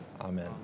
Amen